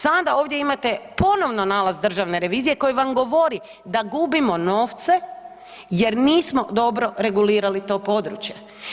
Sada ovdje imate ponovno nalaz Državne revizije koji vam govori da gubimo novce jer nismo dobro regulirali to područje.